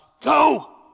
Go